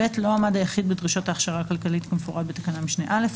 (ב) לא עמד היחיד בדרישות ההכשרה הכלכלית כמפורט בתקנת משנה (א),